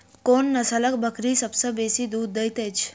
कोन नसलक बकरी सबसँ बेसी दूध देइत अछि?